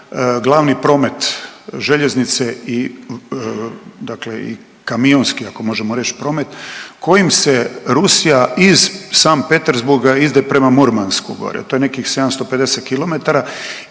glavni promet željeznice i dakle i kamionski ako možemo reć promet kojim se Rusija iz Sankt Petersburga ide prema Murmansku gore, to je nekih 750 km